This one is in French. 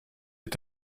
est